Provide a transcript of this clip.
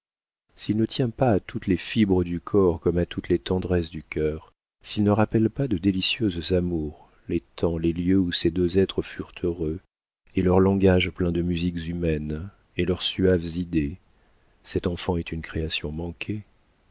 s'il ne tient pas à toutes les fibres du corps comme à toutes les tendresses du cœur s'il ne rappelle pas de délicieuses amours les temps les lieux où ces deux êtres furent heureux et leur langage plein de musiques humaines et leurs suaves idées cet enfant est une création manquée